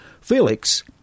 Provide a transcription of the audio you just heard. Felix